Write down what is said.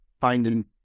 finding